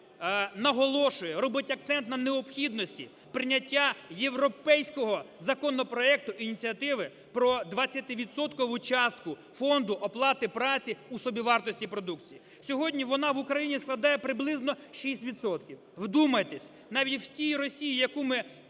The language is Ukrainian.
наголошує, робить акцент на необхідності прийняття європейського законопроекту, ініціативи про 20-відсоткову частку фонду оплати праці у собівартості продукції. Сьогодні вона в Україні складає приблизно 6 відсотків. Вдумайтесь! Навіть в тій Росії, яку ми правильно,